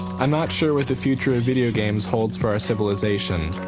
i'm not sure what the future of video games holds for our civilization.